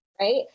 right